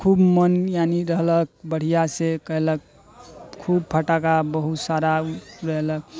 खूब मन यानि रहलक बढ़िआँसँ कयलक खूब फटाका बहुत सारा उड़ेलक